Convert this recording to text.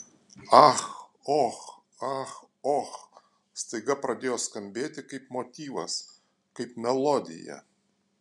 ach och ach och staiga pradėjo skambėti kaip motyvas kaip melodija